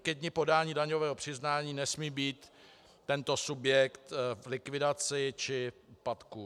Ke dni podání daňového přiznání nesmí být tento subjekt v likvidaci či úpadku.